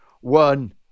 one